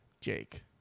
Jake